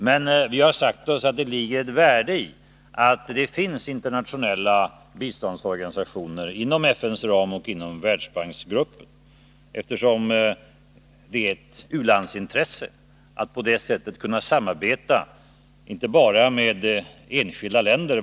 Men vi har sagt oss att det ligger ett värde i att det finns internationella biståndsorganisationer inom FN:s ram och inom Världsbanksgruppen, eftersom det är ett u-landsintresse att på det sättet kunna samarbeta inte bara med enskilda länder.